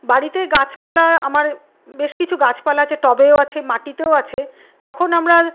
বাড়িতে গাছপালা আমার বেশ কিছু গাছপালা আছে টবেও আছে মাটিতেও আছে যখন আমরা